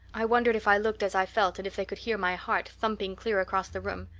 i wondered if i looked as i felt and if they could hear my heart thumping clear across the room.